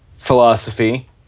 philosophy